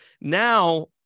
Now